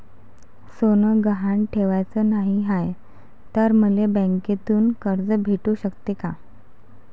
सोनं गहान ठेवाच नाही हाय, त मले बँकेतून कर्ज भेटू शकते का?